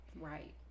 Right